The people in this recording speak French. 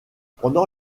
pendant